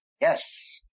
Yes